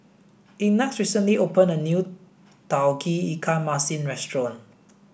ignatz recently opened a new tauge ikan masin restaurant